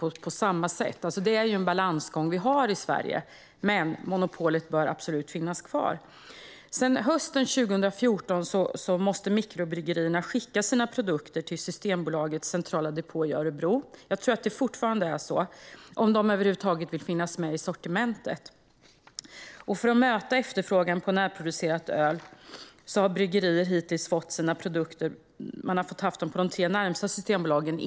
Monopolet bör absolut finnas kvar, men detta är den balansgång som vi har i Sverige. Sedan hösten 2014 - jag tror att det fortfarande är så - måste mikrobryggerierna skicka sina produkter till Systembolagets centrala depå i Örebro om de över huvud taget vill finnas med i sortimentet. Innan det här kom den 1 september 2014 och för att möta efterfrågan på närproducerat öl fick bryggerierna ha sina produkter på de tre närmaste systembolagen.